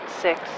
Six